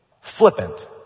flippant